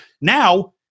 Now